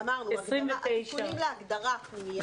אמרנו, התיקונים להגדרה פנימייה